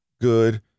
Good